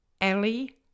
Ellie